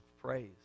praise